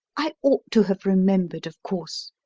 i ought to have remembered, of course.